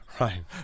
Right